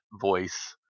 voice